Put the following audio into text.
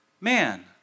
man